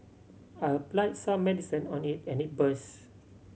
I applied some medicine on it and it burst